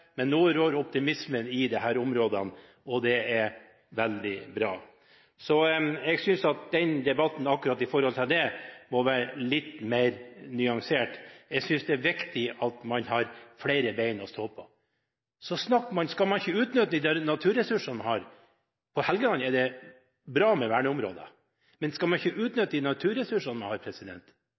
men nå rår optimismen i dette området, og det er veldig bra. Jeg synes derfor debatten når det gjelder akkurat dette, bør være litt mer nyansert. Jeg synes det er viktig at man har flere ben å stå på. På Helgeland er det bra med vernede områder. Men skal man ikke utnytte de naturressursene man har? Det er jo nettopp det som er viktig i denne sammenhengen, at man